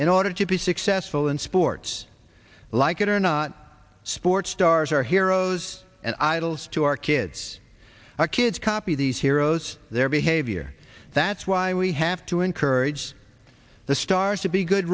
in order to be successful in sports like it or not sports stars are heroes and idols to our kids our kids copy these heroes their behavior that's why we have to encourage the stars to be good